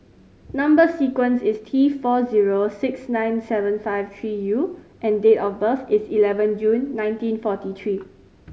number sequence is T four zero six nine seven five three U and date of birth is eleven June nineteen forty three